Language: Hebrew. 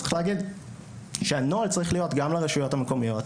צריך להגיד שהנוהל צריך להיות גם לרשויות המקומיות,